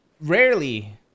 Rarely